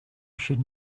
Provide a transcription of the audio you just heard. should